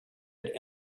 had